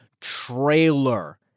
trailer